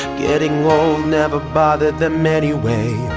getting old never bothered them anyway!